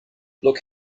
look